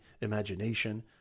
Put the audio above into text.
imagination